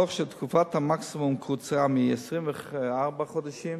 תקופת המקסימום קוצרה מ-24 חודשים